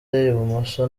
ibumoso